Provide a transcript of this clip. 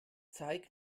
zeig